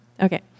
okay